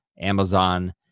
Amazon